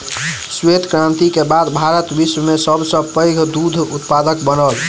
श्वेत क्रांति के बाद भारत विश्व में सब सॅ पैघ दूध उत्पादक बनल